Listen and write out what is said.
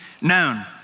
known